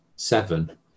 seven